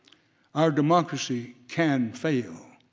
our democracy can fail.